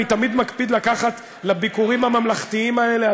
אני תמיד מקפיד לקחת לביקורים הממלכתיים האלה,